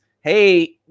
hey